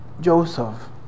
Joseph